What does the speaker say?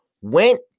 went